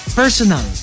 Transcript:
personal